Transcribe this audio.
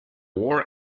war